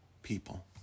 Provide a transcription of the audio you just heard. people